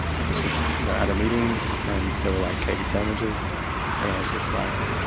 i was just at a meeting and there were like catered sandwiches and i was just like,